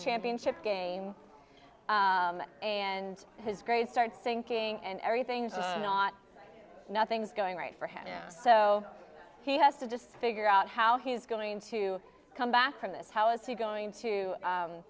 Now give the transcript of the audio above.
championship game and his grades started sinking and everything is not nothing's going right for him so he has to just figure out how he's going to come back from this how is he going to